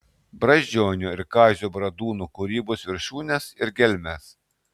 brazdžionio ir kazio bradūno kūrybos viršūnes ir gelmes